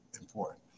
important